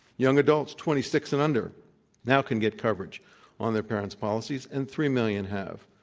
young adults twenty six and under now can get coverage on their parents' policies, and three million have.